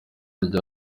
rya